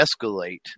escalate